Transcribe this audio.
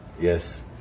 Yes